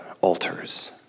altars